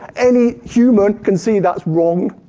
any human can see that's wrong.